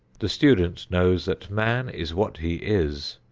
the student knows that man is what he is,